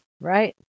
Right